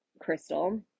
crystal